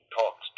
talks